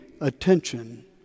attention